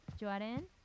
Jordan